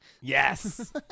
Yes